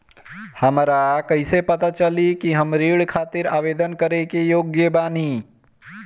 हमरा कईसे पता चली कि हम ऋण खातिर आवेदन करे के योग्य बानी?